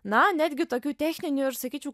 na netgi tokių techninių ir sakyčiau